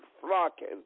flocking